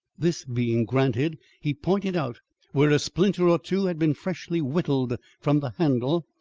this being granted, he pointed out where a splinter or two had been freshly whittled from the handle,